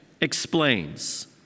explains